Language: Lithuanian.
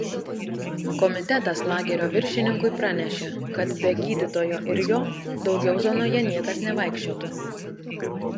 komitetas lagerio viršininkui pranešė kad be gydytojo ir jo daugiau zonoje niekas nevaikščiotų